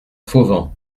fauvent